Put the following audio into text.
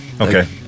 okay